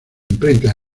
imprenta